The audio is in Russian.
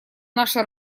наша